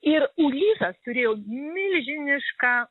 ir ulysas turėjo milžinišką